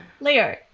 Leo